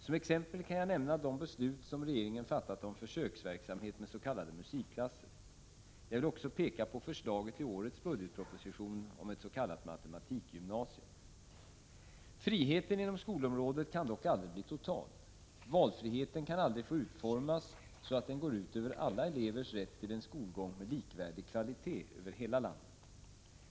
Som exempel kan jag nämna de beslut som regeringen fattat om försöksverksamhet med s.k. musikklasser. Jag vill också peka på förslaget i årets budgetproposition om s.k. matematikgymnasium. Friheten inom skolområdet kan dock aldrig bli total. Valfriheten kan aldrig få utformas så att den går ut över alla elevers rätt till en skolgång med likvärdig kvalitet över hela landet.